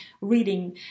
reading